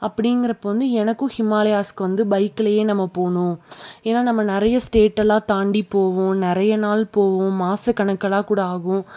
அப்படிங்கிறப்ப வந்து எனக்கும் ஹிமாலயாஸ்க்கு வந்து பைக்லேயே நம்ம போகணும் ஏன்னா நம்ம நிறைய ஸ்டேட்டெல்லாம் தாண்டி போவோம் நிறைய நாள் போவோம் மாசக்கணக்கெல்லாம் கூட ஆகும்